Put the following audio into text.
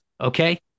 okay